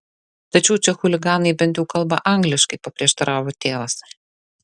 tačiau čia chuliganai bent jau kalba angliškai paprieštaravo tėvas